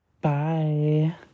Bye